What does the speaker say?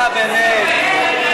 מה, באמת.